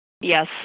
Yes